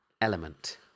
element